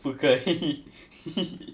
不可以